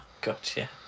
Gotcha